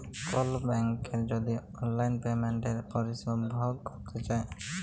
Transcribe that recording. call ব্যাংকের যদি অললাইল পেমেলটের পরিষেবা ভগ ক্যরতে চায়